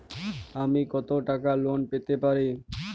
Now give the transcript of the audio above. আমি কত টাকা লোন পেতে পারি?